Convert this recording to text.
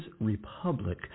Republic